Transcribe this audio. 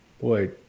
boy